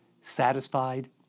satisfied